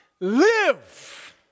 Live